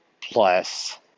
plus